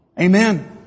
Amen